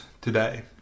today